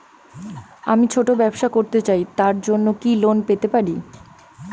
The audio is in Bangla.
আমি ছোট ব্যবসা করতে চাই তার জন্য কি লোন পেতে পারি?